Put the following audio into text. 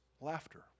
laughter